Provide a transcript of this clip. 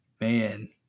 man